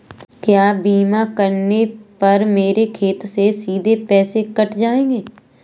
क्या बीमा करने पर मेरे खाते से सीधे पैसे कट जाएंगे?